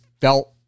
felt